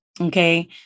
okay